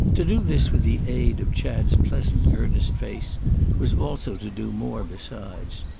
to do this with the aid of chad's pleasant earnest face was also to do more besides.